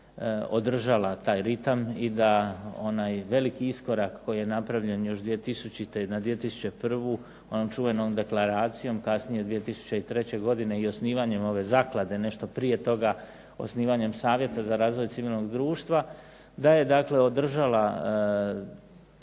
održavala taj ritam i da onaj veliki iskorak koji je napravljen još 2000. na 2011. onom čuvenom deklaracijom, kasnije 2003. i osnivanjem ove zaklade, nešto prije toga osnivanjem Savjeta za razvoj civilnog društva, da je dakle održala